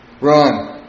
run